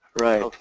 Right